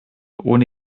ohne